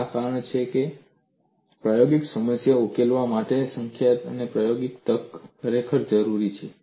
આ જ કારણ છે કે પ્રાયોગિક સમસ્યાઓ ઉકેલવા માટે સંખ્યાત્મક અને પ્રાયોગિક તકનીકો ખરેખર જરૂરી છે